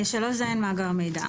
מאגר מידע3ז.